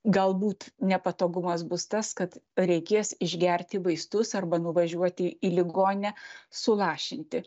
galbūt nepatogumas bus tas kad reikės išgerti vaistus arba nuvažiuoti į ligoninę sulašinti